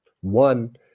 one